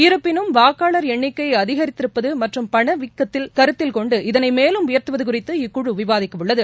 இருப்பினும் வாக்காளர் எண்ணிக்கை அதிகரித்திருப்பது மற்றும் பண வீக்கத்தை கருத்தில் கொண்டு இதனை மேலும் உயர்த்துவது குறித்து இக்குழு விவாதிக்கவுள்ளது